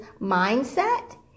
mindset